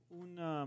una